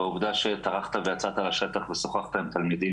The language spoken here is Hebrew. והעובדה שטרחת ויצאת לשטח ושוחחת עם תלמידים